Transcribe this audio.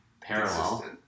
parallel